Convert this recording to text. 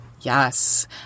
Yes